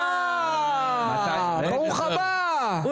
אה ברוך הבא,